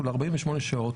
שהוא ל-48 שעות,